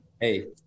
hey